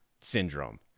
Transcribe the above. syndrome